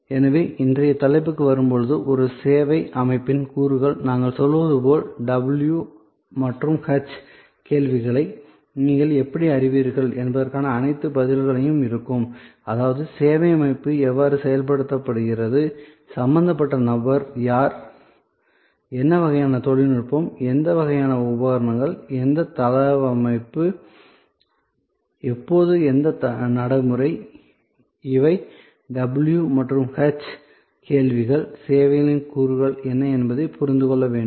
எனவே இன்றைய தலைப்புக்கு வரும்போது ஒரு சேவை அமைப்பின் கூறுகள் நாங்கள் சொல்வது போல் w மற்றும் h கேள்விகளை நீங்கள் எப்படி அறிவீர்கள் என்பதற்கான அனைத்து பதில்களாகவும் இருக்கும் அதாவது சேவை அமைப்பு எவ்வாறு செயல்படுத்தப்படுகிறது சம்பந்தப்பட்ட நபர்கள் யார் என்ன வகையான தொழில்நுட்பம் எந்த வகையான உபகரணங்கள் எந்த தளவமைப்பு எப்போது எந்த நடைமுறை இவை w மற்றும் h கேள்விகள் சேவைகளின் கூறுகள் என்ன என்பதைப் புரிந்து கொள்ள வேண்டும்